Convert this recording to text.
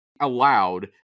allowed